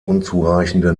unzureichende